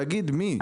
תגיד מי.